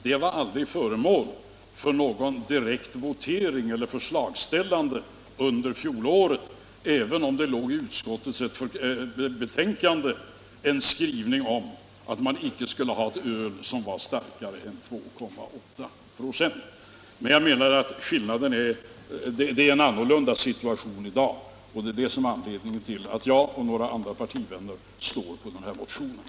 Det var aldrig föremål för votering eller något direkt förslagsställande under fjolåret, även om det i utskottets betänkande fanns en skrivning om att man inte skulle ha öl som var starkare än 2,8 96. Jag anser emellertid att situationen är annorlunda i dag, och det är anledningen till att jag och några partivänner står för en motion om 3,2-procentigt öl.